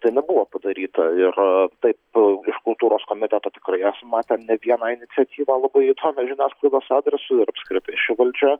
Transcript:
tai nebuvo padaryta ir taip iš kultūros komiteto tikrai esam matę ne vieną iniciatyvą labai įdomią žiniasklaidos adresu ir apskritai ši valdžia